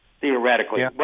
theoretically